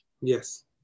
Yes